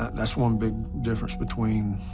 that's one big difference between